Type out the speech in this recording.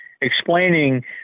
explaining